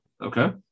Okay